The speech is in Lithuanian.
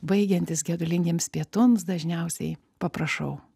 baigiantis gedulingiems pietums dažniausiai paprašau